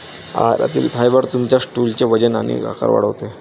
आहारातील फायबर तुमच्या स्टूलचे वजन आणि आकार वाढवते